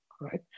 right